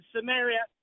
Samaria